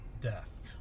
Death